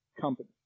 company